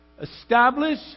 establish